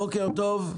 בוקר טוב,